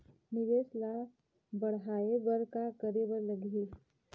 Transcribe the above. निवेश ला बड़हाए बर का करे बर लगही?